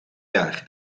jaar